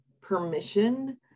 permission